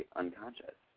unconscious